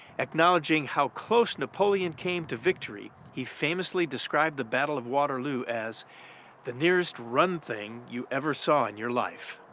acknowledging how close napoleon came to victory, he famously described the battle of waterloo as the nearest run thing you ever saw in your life.